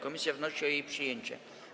Komisja wnosi o jej przyjęcie.